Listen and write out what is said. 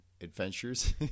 adventures